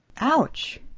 Ouch